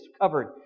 covered